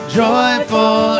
joyful